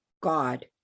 God